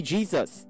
Jesus